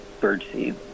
birdseed